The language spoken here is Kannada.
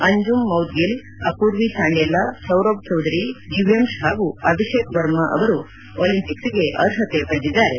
ಅಂಜುಮ್ ಮೌದ್ಗಿಲ್ ಅಮೂರ್ವಿ ಚಾಂಡೇಲಾ ಸೌರಭ್ ಚೌಧರಿ ದಿವ್ಯಂತ್ ಹಾಗೂ ಅಭಿಷೇಕ್ ವರ್ಮಾ ಅವರು ಒಲಿಂಪಿಕ್ಸ್ ಅರ್ಹತೆ ಪಡೆದಿದ್ದಾರೆ